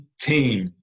team